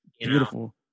Beautiful